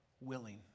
willing